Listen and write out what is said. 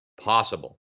possible